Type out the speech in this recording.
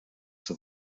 zur